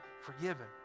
forgiven